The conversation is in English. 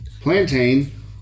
plantain